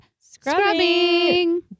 Scrubbing